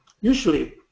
Usually